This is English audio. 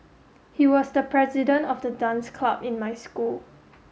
he was the president of the dance club in my school